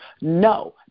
No